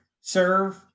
serve